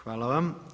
Hvala vam.